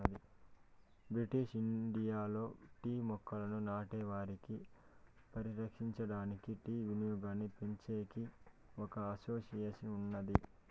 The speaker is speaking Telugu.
బ్రిటిష్ ఇండియాలో టీ మొక్కలను నాటే వారిని పరిరక్షించడానికి, టీ వినియోగాన్నిపెంచేకి ఒక అసోసియేషన్ ఉన్నాది